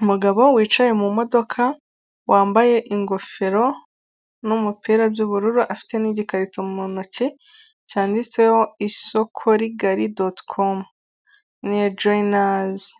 Umugabo wicaye mu modoka wambaye ingofero n'umupira by'ubururu afite ni'igikarito mu ntoki cyanditseho isokorigari dotikomu, n'iya joyinazi,